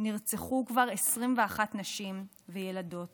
נרצחו כבר 21 נשים וילדות